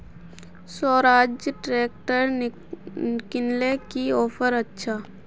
Swaraj tractor किनले की offer अच्छा?